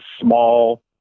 small